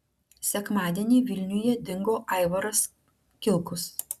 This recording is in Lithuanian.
sekmadienį vilniuje dingo aivaras kilkus